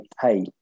Hey